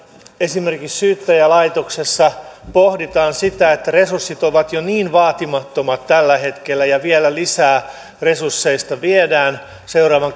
esimerkiksi syyttäjälaitoksessa pohditaan sitä että resurssit ovat jo niin vaatimattomat tällä hetkellä ja vielä lisää resursseista viedään seuraavan